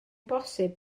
bosib